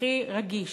הכי רגיש?